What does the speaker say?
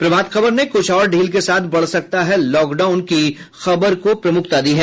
प्रभात खबर ने कुछ और ढील के साथ बढ़ सकता है लॉकडॉउन की खबर को प्रमुखता दी है